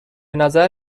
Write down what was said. نظر